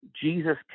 Jesus